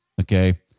Okay